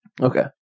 Okay